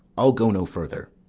i'll go no further.